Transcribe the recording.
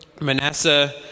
Manasseh